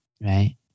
right